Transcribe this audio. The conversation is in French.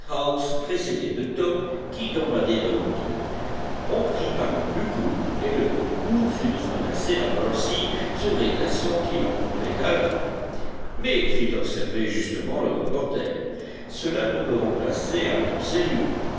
précédés de top qui gambadait devant eux on prit par le plus court et le plus court fut de traverser la mercy sur les glaçons qui l'encombraient alors mais fit observer justement le reporter cela ne peut remplacer un pont sérieux